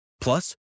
Plus